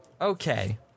Okay